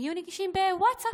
הם יהיו נגישים בווטסאפ,